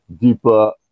deeper